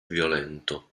violento